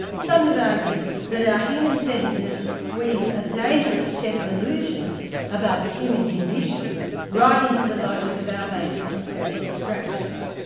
some have argued that our humancentredness weaves a dangerous set of illusions about the human condition right into the logic of our basic conceptual structures.